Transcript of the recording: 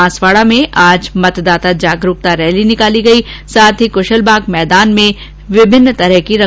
बांसवाड़ा में आज मतदाता जागरूकता रैली निकाली गई साथ ही कुशलबाग मैदान में विभिन्न तरह की रंगोलियां बनाई गई